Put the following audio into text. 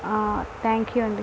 thank you అండి